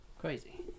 crazy